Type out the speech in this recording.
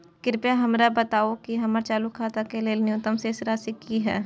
कृपया हमरा बताबू कि हमर चालू खाता के लेल न्यूनतम शेष राशि की हय